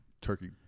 turkey